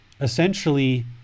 essentially